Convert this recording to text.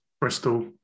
Bristol